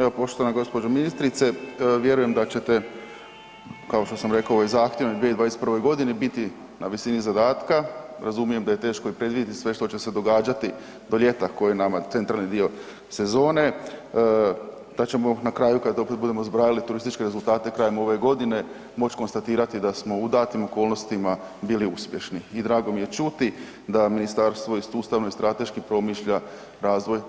Evo poštovana g. ministrice, vjerujem da ćete, kao što sam rekao, u ovoj zahtjevnoj 2021. g. biti na visini zadatka, razumijem da je teško i predviditi sve što će se događati do ljeta koje je nama centralni dio sezone, da ćemo na kraju kad opet budemo zbrajali turističke rezultate krajem ove godine, moći konstatirati da smo u datim okolnostima bili uspješni i drago mi je čuti da Ministarstvo i sustavno i strateški promišlja razvoj